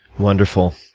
wonderful.